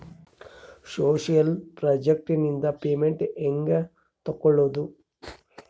Social project ನಿಂದ payment ಹೆಂಗೆ ತಕ್ಕೊಳ್ಳದು?